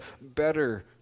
better